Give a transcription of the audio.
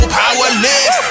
powerless